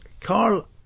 Carl